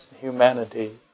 humanity